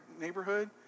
neighborhood